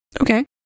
Okay